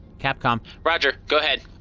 capcom roger. go ahead.